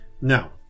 Now